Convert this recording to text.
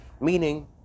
Meaning